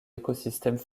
écosystèmes